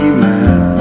man